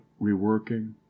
reworking